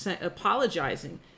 apologizing